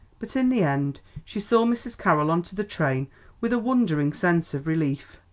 but in the end she saw mrs. carroll onto the train with a wondering sense of relief.